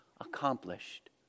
accomplished